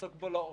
לעסוק בו לעומק.